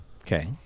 Okay